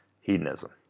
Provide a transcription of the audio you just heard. Hedonism